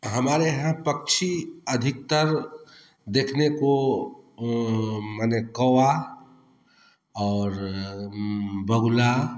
हमारे यहाँ पक्षी अधिकतर देखने को माने कौवा और बगुला